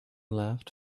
left